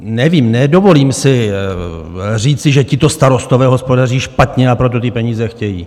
Nevím, nedovolím si říci, že tito starostové hospodaří špatně, a proto ty peníze chtějí.